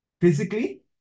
physically